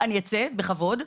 אני אצא בכבוד,